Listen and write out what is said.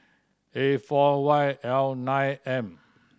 A four Y L nine M